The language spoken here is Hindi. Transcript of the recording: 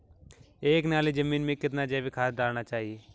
एक नाली जमीन में कितना जैविक खाद डालना चाहिए?